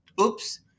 oops